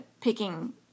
picking